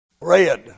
Red